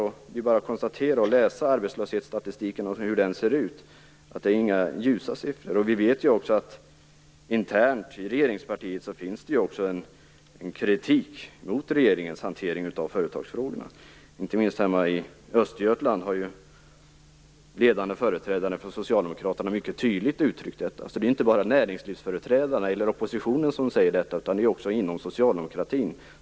Det är ju bara att läsa arbetslöshetsstatistiken och konstatera att det inte är några ljusa siffror. Vi vet också att det internt inom regeringspartiet finns en kritik mot regeringens hantering av företagsfrågorna. Inte minst hemma i Östergötland har ju ledande företrädare för Socialdemokraterna mycket tydligt uttryckt detta. Det är alltså inte bara näringslivsföreträdarna eller oppositionen som säger detta. Denna kritik är också tydlig inom socialdemokratin.